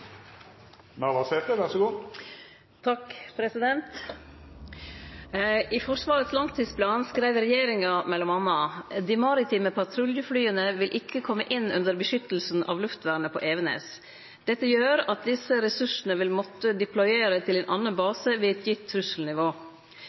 Forsvarets langtidsplan skreiv regjeringa mellom anna at «[...] de maritime patruljeflyene vil ikke komme inn under beskyttelsen av luftvernet på Evenes. Dette gjør at disse ressursene vil måtte deployere til en annen